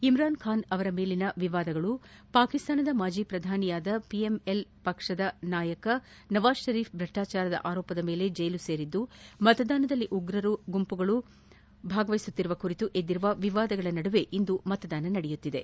ಇಮ್ತಾನ್ ಖಾನ್ ಅವರ ಮೇಲಿನ ವಿವಾದಗಳು ಪಾಕಿಸ್ತಾನದ ಮಾಜಿ ಪ್ರಧಾನಿ ಆದ ಪಿ ಎಂ ಎಲ್ ನಾಯಕ ನವಾಜ್ ಷರೀಫ್ ಭ್ರಷ್ಲಾಚಾರದ ಆರೋಪದ ಮೇಲೆ ಜೈಲು ಸೇರಿದ್ಲು ಮತದಾನದಲ್ಲಿ ಉಗ್ರರ ಗುಂಪುಗಳು ಭಾಗವಹಿಸುತ್ತಿರುವ ಕುರಿತು ಎದ್ಗಿರುವ ವಿವಾದಗಳ ನಡುವೆ ಇಂದು ಮತದಾನ ನಡೆಯುತ್ತಿದೆ